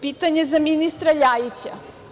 Pitanje za ministra LJajića.